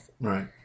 Right